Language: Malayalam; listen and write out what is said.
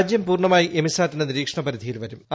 രാജ്യം പൂർണ്ണമായി എമിസാറ്റിന്റെ നിരീക്ഷണ പരിധിയിൽ വരൂം